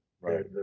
Right